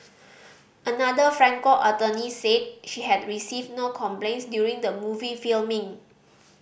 another Franco attorney said she had received no complaints during the movie filming